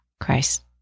Christ